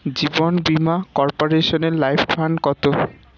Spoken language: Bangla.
জীবন বীমা কর্পোরেশনের লাইফ ফান্ড কত?